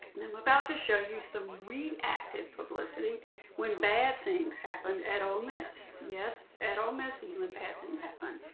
i'm about to show you some reactive publicity when bad things happened at ole miss yes, at ole miss, even bad things happen.